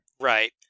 Right